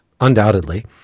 undoubtedly